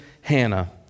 Hannah